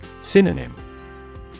Synonym